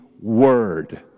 word